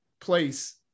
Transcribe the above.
place